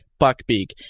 Buckbeak